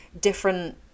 different